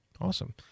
Awesome